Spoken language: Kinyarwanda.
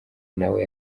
nawe